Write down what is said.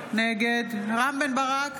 נגד רם בן ברק,